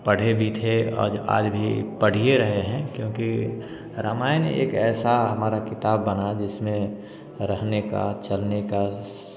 पढ़े भी थे और आज भी पढ़िए रहे हैं क्योंकि रामायण एक ऐसा हमारा किताब बना जिसमें रहने का चलने का